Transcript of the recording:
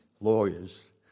lawyers